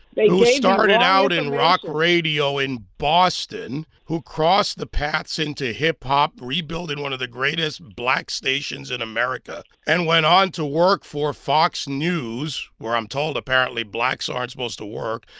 who who started out in rock radio in boston, who crossed the paths into hip hop, rebuilding one of the greatest black stations in america, and went on to work for fox news, where i'm told, apparently, blacks aren't supposed to work,